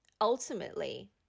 ultimately